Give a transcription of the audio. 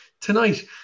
Tonight